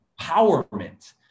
empowerment